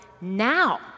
now